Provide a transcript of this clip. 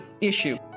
issue